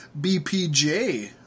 BPJ